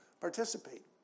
participate